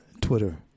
Twitter